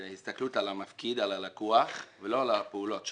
על הלקוח ולא על הפעולות שלו.